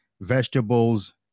vegetables